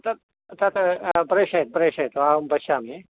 तत् तत् प्रेषय प्रेषयतु अहं पश्यामि